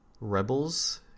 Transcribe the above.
Rebels